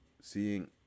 seeing